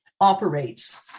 operates